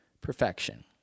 Perfection